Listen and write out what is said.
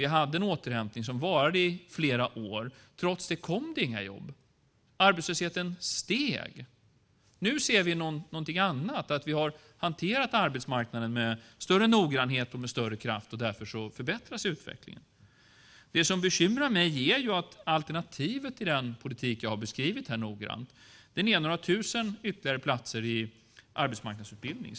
Vi hade en återhämtning som varade i flera år. Trots det kom inga jobb. Arbetslösheten steg i stället. Nu ser vi någonting annat, nämligen att vi har hanterat arbetsmarknaden med en större noggrannhet och med större kraft. Därför förbättras utvecklingen. Det som bekymrar mig är att alternativet till den politik som jag här noga beskrivit är ytterligare några tusen platser i arbetsmarknadsutbildningen.